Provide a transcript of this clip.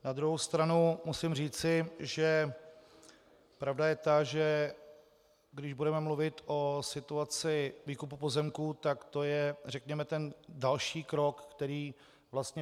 Na druhou stranu musím říci, že pravda je ta, že když budeme mluvit o situaci výkupu pozemků, tak to je řekněme ten další krok, který vlastně...